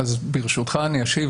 ברשותך אני אשיב,